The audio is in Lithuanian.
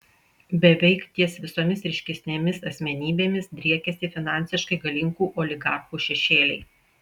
beveik ties visomis ryškesnėmis asmenybėmis driekiasi finansiškai galingų oligarchų šešėliai